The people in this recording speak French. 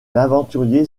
aventurier